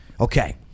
Okay